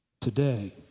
Today